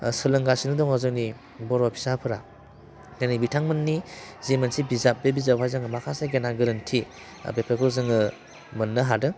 सोलोंगासिनो दङ जोंनि बर' फिसाफोरा दिनै बिथांमोननि जि मोनसे बिजाब बे बिजाबावहाय जोङो माखासे गेना गोरोन्थि बेफोरखौ जोङो मोननो हादों